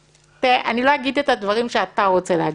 אני לא אגיד את הדברים שאתה רוצה להגיד,